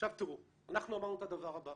עכשיו, תראו, אנחנו אמרנו את הדבר הבא.